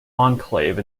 enclave